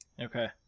Okay